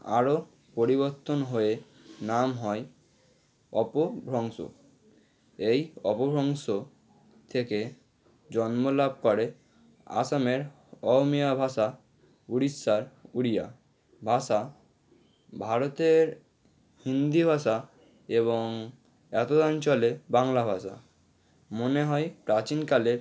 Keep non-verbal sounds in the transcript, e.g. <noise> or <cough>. আরও পরিবর্তন হয়ে নাম হয় অপভ্রংশ এই অপভ্রংশ থেকে জন্ম লাভ করে আসামের অহমিয়া ভাষা উড়িষ্যার উড়িয়া ভাষা ভারতের হিন্দি ভাষা এবং <unintelligible> অঞ্চলে বাংলা ভাষা মনে হয় প্রাচীনকালে